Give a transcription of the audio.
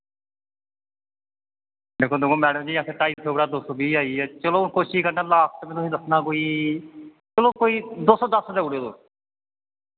दिक्खो दिक्खो मैडम जी असैं ढ़ाई सौ कोला दो सौ बीह् आइये चलो आऊं कोशिश करना लास्ट मैं तुसें दस्सना कोई चलो कोई दो सौ दस देऊड़यो तुस